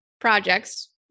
projects